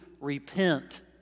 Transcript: repent